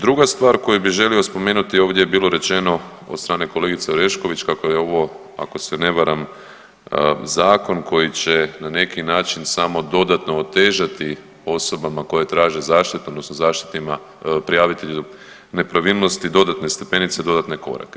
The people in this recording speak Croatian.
Druga stvar koju bih želio spomenuti, ovdje je bilo rečeno od strane kolegice Orešković kako je ovo ako se ne varam zakon koji će na neki način samo dodatno otežati osobama koje traže zaštitu prijavitelja nepravilnosti dodatne stepenice, dodatne korake.